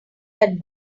that